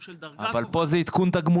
של דרגה --- אבל פה זה עדכון תגמולים.